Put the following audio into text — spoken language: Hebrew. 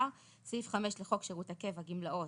5 לחוק שירות הקבע (גמלאות),